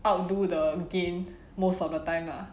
outdo the gain most of the time lah